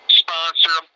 sponsor